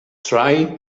try